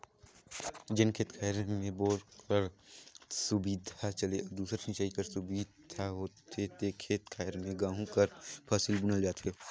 जेन खेत खाएर में बोर कर सुबिधा चहे अउ दूसर सिंचई कर सुबिधा होथे ते खेत खाएर में गहूँ कर फसिल बुनल जाथे